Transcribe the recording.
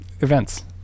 events